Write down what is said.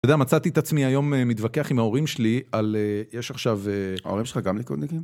יודע, מצאתי את עצמי היום מתווכח עם ההורים שלי על... יש עכשיו... ההורים שלך גם ליכודניקים?